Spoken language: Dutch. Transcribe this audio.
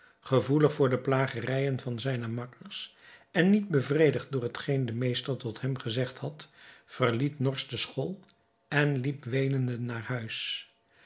gevoelig voor de plagerijen van zijne makkers en niet bevredigd door hetgeen de meester tot hem gezegd had verliet norsch de school en liep weenende naar huis